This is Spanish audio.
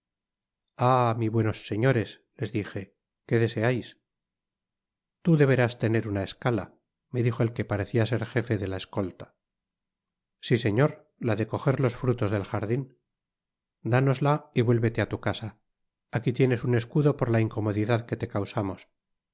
mis buenos señores les dije que deseais tú deberás tener una escala me dijo el que parecia ser gefe de la escolta si señor la de cojer los frutos del jardin dánosla y vnélveteá tu casa aquí ffenés un escudo pbr la incomodidad que te causamos